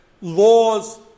laws